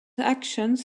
actions